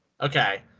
Okay